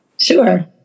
Sure